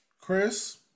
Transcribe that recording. Chris